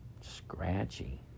scratchy